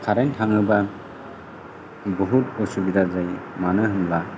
current थाङोबा बहुद उसुबिदा जायो मानो होनोब्ला